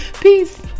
Peace